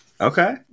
Okay